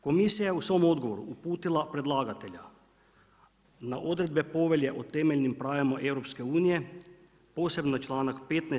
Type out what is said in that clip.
Komisija je u svom odgovoru uputila predlagatelja na odredbe Povelje o temeljnim pravima EU posebno članak 15.